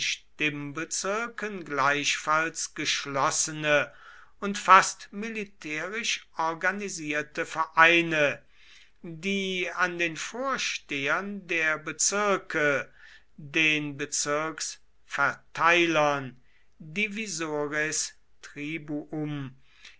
stimmbezirken gleichfalls geschlossene und fast militärisch organisierte vereine die an den vorstehern der bezirke den